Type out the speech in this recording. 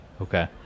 okay